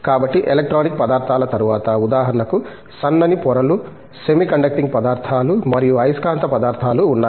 కాబట్టి ఎలక్ట్రానిక్ పదార్థాల తరువాత ఉదాహరణకు సన్నని పొరలు సెమీ కండక్టింగ్ పదార్థాలు మరియు అయస్కాంత పదార్థాలు ఉన్నాయి